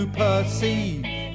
perceive